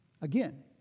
Again